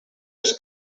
els